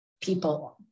people